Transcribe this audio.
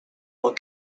were